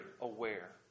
aware